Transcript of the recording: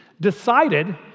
Decided